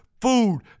food